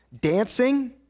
dancing